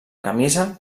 camisa